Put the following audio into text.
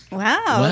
wow